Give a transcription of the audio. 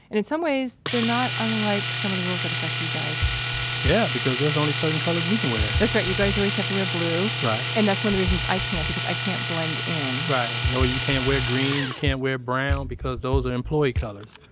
and in some ways, they're not unlike some of the rules that affect you guys yeah, because there's only certain colors we can wear that's right. you guys always have to wear blue right and that's one of the reasons i can't, because i can't blend in right. no. you can't wear green. you can't wear brown because those are employee colors.